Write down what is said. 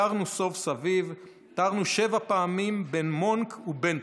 תרנו סוב סביב / תרנו שבע פעמים בין מונק ובנטוביץ'"